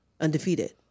undefeated